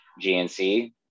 gnc